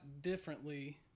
differently